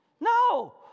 No